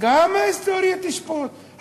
גם ההיסטוריה תשפוט.